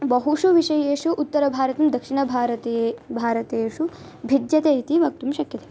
बहुषु विषयेषु उत्तरभारतं दक्षिणभारते भारतेषु भिद्यते इति वक्तुं शक्यते